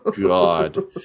God